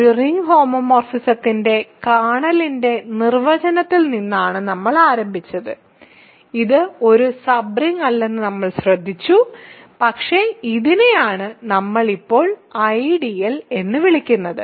ഒരു റിംഗ് ഹോമോമോർഫിസത്തിന്റെ കേർണലിന്റെ നിർവചനത്തിൽ നിന്നാണ് നമ്മൾ ആരംഭിച്ചത് ഇത് ഒരു സബ് റിംഗ് അല്ലെന്ന് നമ്മൾ ശ്രദ്ധിച്ചു പക്ഷേ ഇതിനെയാണ് നമ്മൾ ഇപ്പോൾ ഐഡിയൽ എന്ന് വിളിക്കുന്നത്